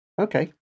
Okay